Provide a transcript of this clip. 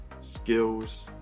skills